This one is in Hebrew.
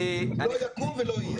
לא יקום ולא יהיה.